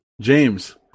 James